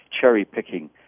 cherry-picking